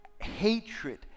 hatred